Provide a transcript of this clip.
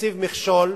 מציב מכשול,